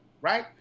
right